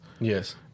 Yes